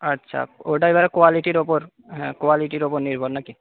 আচ্ছা ওটা এবার কোয়ালিটির ওপর হ্যাঁ কোয়ালিটির ওপর নির্ভর নাকি